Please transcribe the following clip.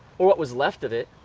or what was left of it.